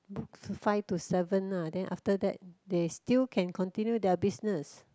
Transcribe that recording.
book five to seven lah then after that they still can continue their business